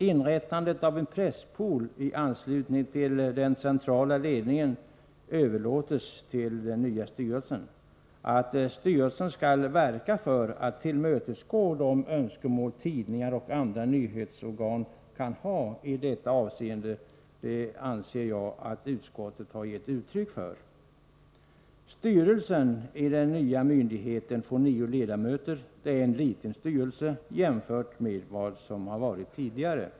Inrättandet av en presspool i anslutning till den centrala ledningen överlåts till den nya styrelsen. Att styrelsen skall verka för att tillmötesgå de önskemål som tidningar och andra nyhetsorgan kan ha i dessa avseenden anser jag att utskottet har gett uttryck för. Styrelsen i den nya myndigheten får nio ledamöter. Det är en liten styrelse jämfört med vad som varit tidigare.